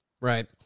Right